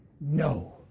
No